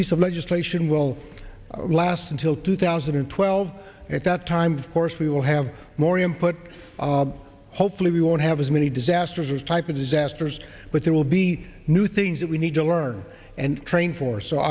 piece of legislation will last until two thousand and twelve at that time of course we will have more him put hopefully we won't have as many disasters as type of disasters but there will be new things that we need to learn and train for so